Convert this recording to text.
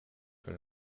für